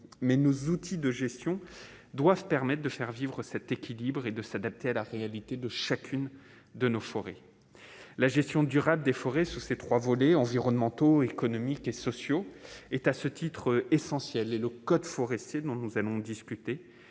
mais nos outils de gestion doivent permettent de faire vivre cet équilibre et de s'adapter à la réalité de chacune de nos forêts, la gestion durable des forêts sur ces 3 volets environnementaux, économiques et sociaux est à ce titre essentiel et le code forestier dont nous allons discuter